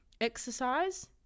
exercise